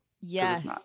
Yes